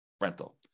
rental